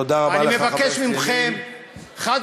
תודה רבה לך, חבר